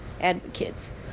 Advocates